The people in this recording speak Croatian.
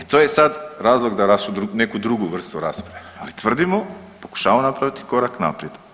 E to je sad razlog za neku drugu vrstu rasprave, ali tvrdimo, pokušavamo napraviti korak naprijed.